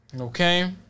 Okay